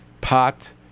pot